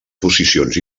posicions